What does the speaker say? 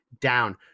down